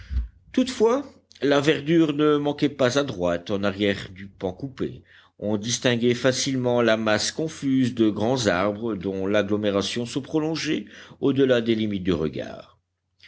toutefois la verdure ne manquait pas à droite en arrière du pan coupé on distinguait facilement la masse confuse de grands arbres dont l'agglomération se prolongeait au delà des limites du regard